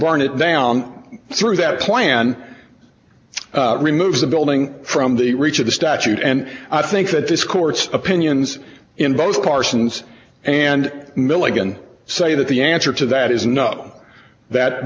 burn it down through that plan removes the building from the reach of the statute and i think that this court's opinions in both parsons and milligan say that the answer to that is no that